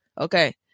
okay